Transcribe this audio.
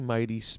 Mighty